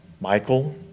Michael